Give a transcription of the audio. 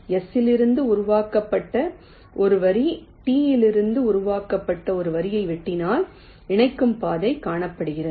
S இலிருந்து உருவாக்கப்பட்ட ஒரு வரி T இலிருந்து உருவாக்கப்பட்ட ஒரு வரியை வெட்டினால் இணைக்கும் பாதை காணப்படுகிறது